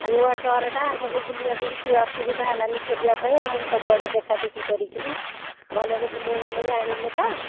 ନୂଆ ସହରଟା ଆମକୁ ବୁଲିବାକୁ କିଛି ଅସୁବିଧା ହେଲାନି ଖୋଜିବା ପାଇଁ ଆମକୁ ସବୁଆଡ଼େ ଦେଖାଦେଖି କରିକିରି ଭଲରେ ବୁଲେଇବାଲେଇ ଆଣିଲେ ତ